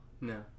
No